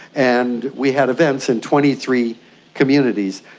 and we had events in twenty three communities.